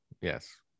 Yes